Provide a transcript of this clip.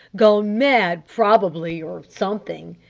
gone mad probably or something!